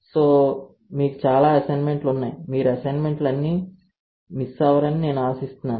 so మీకు చాలా అసైన్మెంట్లు ఉన్నాయి మీరు అసైన్మెంట్లు అని మిస్ అవ్వరు నేను ఆశిస్తున్నాను